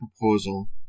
proposal